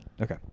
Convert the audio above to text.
Okay